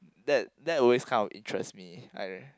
that that always kind of interests me I